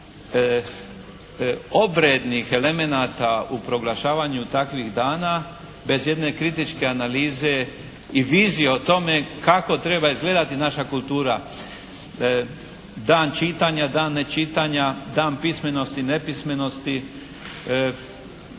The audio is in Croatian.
obrednih elemenata u proglašavanju takvih dana bez jedne kritičke analize i vizije o tome kako treba izgledati naša kultura. Dan čitanja, dan nečitanja, dan pismenosti, nepismenosti,